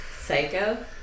Psycho